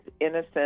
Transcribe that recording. innocent